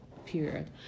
period